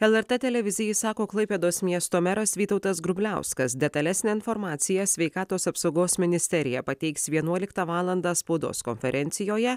lrt televizijai sako klaipėdos miesto meras vytautas grubliauskas detalesnę informaciją sveikatos apsaugos ministerija pateiks vienuoliktą valandą spaudos konferencijoje